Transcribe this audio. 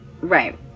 Right